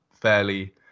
fairly